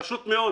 פשוט מאוד: